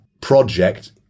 project